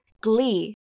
glee